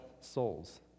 souls